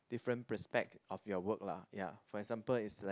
different prospect of your work lah ya for example it's like